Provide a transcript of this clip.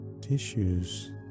tissues